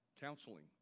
Counseling